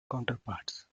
counterparts